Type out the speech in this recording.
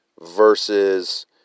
versus